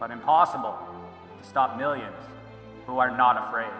but impossible stop millions who are not afraid